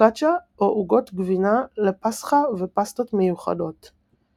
פוקאצ'ה או עוגות גבינה לפסחא ופסטות מיוחדות .